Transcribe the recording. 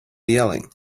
yelling